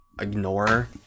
ignore